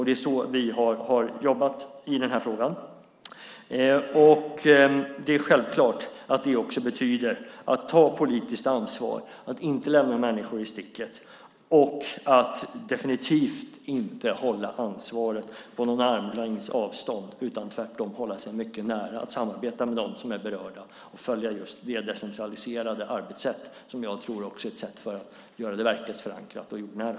Det är så vi har jobbat i den här frågan. Det är självklart att det betyder att ta politiskt ansvar, att inte lämna människor i sticket och att definitivt inte hålla ansvaret på en armlängds avstånd, utan tvärtom hålla sig mycket nära att samarbeta med dem som är berörda och följa det decentraliserade arbetssätt som jag tror är ett sätt att göra det verklighetsförankrat och jordnära.